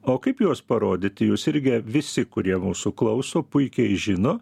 o kaip juos parodyti jūs irgi visi kurie mūsų klauso puikiai žino